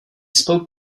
spoke